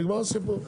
ונגמר הסיפור,